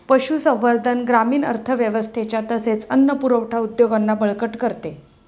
पशुसंवर्धन ग्रामीण अर्थव्यवस्थेच्या तसेच अन्न पुरवठा उद्योगांना बळकट करते